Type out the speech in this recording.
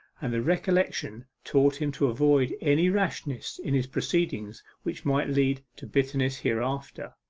and the recollection taught him to avoid any rashness in his proceedings which might lead to bitterness hereafter.